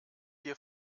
hier